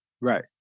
Right